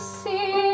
see